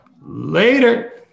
Later